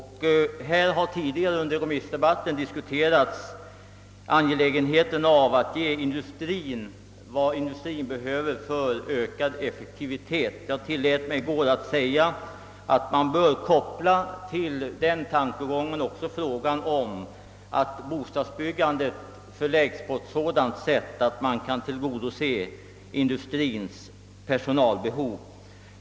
Här har tidigare under remissdebatten diskuterats angelägenheten av att ge industrien vad den behöver för att öka effektiviteten, och jag tillät mig säga i går att man i detta sammanhang bör tänka på att bostadsbyggandet bör ske så att industriens personalbehov tillgodoses.